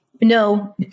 no